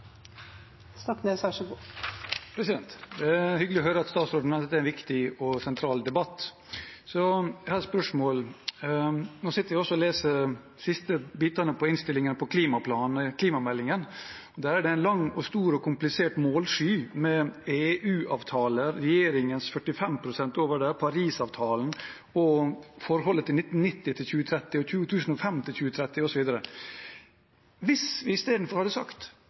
en viktig og sentral debatt. Jeg har et spørsmål. Nå sitter jeg også og leser de siste bitene av innstillingen til klimaplanen og klimameldingen. Der er det en lang og stor og komplisert målsky med EU-avtale, regjeringens 45 pst. over det, Parisavtalen og forholdet til 1990–2030 og 2005–2030 osv. Hvis vi istedenfor hadde sagt at over 6 pst. karbonproduktivitetsforbedring er det